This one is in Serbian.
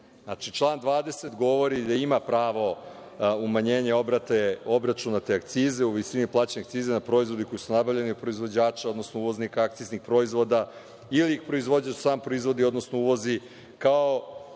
član 20. govori da ima pravo umanjenje obračuna te akcize u visini plaćenih akciza na proizvode koji su nabavljeni od proizvođača, odnosno uvoznika akciznih proizvoda ili ih proizvođač samo proizvodi, odnosno uvozi, a